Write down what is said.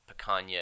Picanha